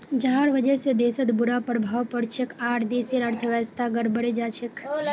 जहार वजह से देशत बुरा प्रभाव पोरछेक आर देशेर अर्थव्यवस्था गड़बड़ें जाछेक